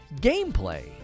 gameplay